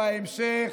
בהמשך.